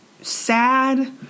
sad